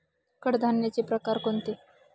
कडधान्याचे प्रकार कोणते?